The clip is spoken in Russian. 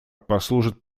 послужит